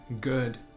good